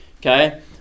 Okay